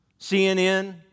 CNN